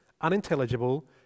unintelligible